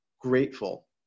grateful